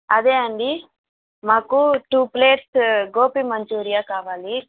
అదే అండీ మాకు టూ ప్లేట్స్ గోభి మంచురియా కావాలి